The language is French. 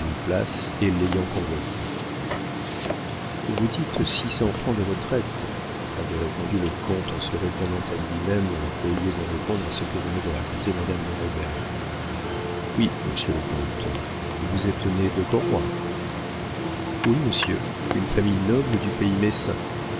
et l'ayant convoitée vous dites six cents francs de retraite avait répondu le comte en se répondant à lui-même au lieu de répondre à ce que venait de raconter madame de reybert oui monsieur le comte vous êtes née de corroy oui monsieur une famille noble du pays